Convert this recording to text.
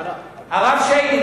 לא הרב שרמן, הרב שיינין.